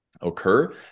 occur